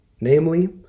Namely